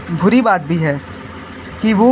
बुरी बात भी है कि वो